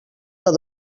del